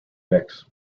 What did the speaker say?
mix